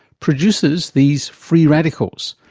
produces these free radicals,